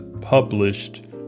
published